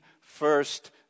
first